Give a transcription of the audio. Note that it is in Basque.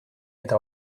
eta